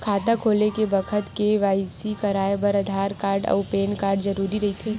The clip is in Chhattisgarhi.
खाता खोले के बखत के.वाइ.सी कराये बर आधार कार्ड अउ पैन कार्ड जरुरी रहिथे